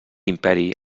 imperi